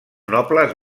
nobles